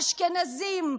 אשכנזים,